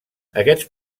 aquests